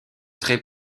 très